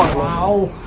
while